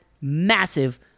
massive